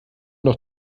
doch